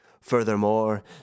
Furthermore